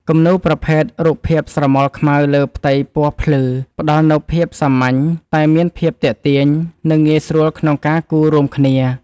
គំនូរប្រភេទ រូបភាពស្រមោលខ្មៅលើផ្ទៃពណ៌ភ្លឺ ផ្ដល់នូវភាពសាមញ្ញតែមានភាពទាក់ទាញ និងងាយស្រួលក្នុងការគូររួមគ្នា។